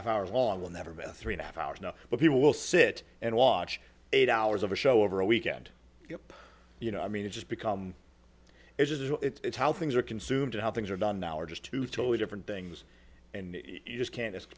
half hours long will never be a three and a half hours now but people will sit and watch eight hours of a show over a weekend you know you know i mean it's just become it is it's how things are consumed and how things are done now are just two totally different things and you just can't just